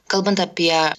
kalbant apie